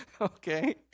okay